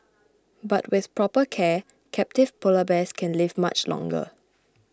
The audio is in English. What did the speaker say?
but with proper care captive Polar Bears can live much longer